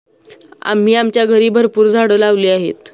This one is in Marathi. आम्ही आमच्या घरी भरपूर झाडं लावली आहेत